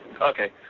Okay